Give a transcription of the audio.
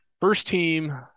First-team